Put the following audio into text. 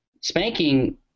Spanking